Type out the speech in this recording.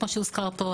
כמו שהוזכר פה,